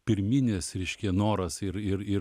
pirminis reiškia noras ir ir ir